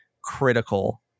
critical